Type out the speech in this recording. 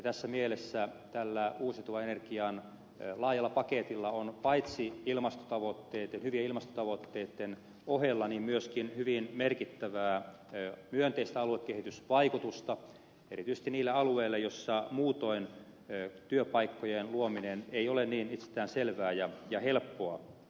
tässä mielessä tällä uusiutuvan energian laajalla paketilla on ilmastotavoitteet ja hyvien ilmastotavoitteitten ohella myöskin hyvin merkittävää myönteistä aluekehitysvaikutusta erityisesti niille alueille joilla muutoin työpaikkojen luominen ei ole niin itsestäänselvää ja helppoa